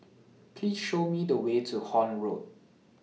Please Show Me The Way to Horne Road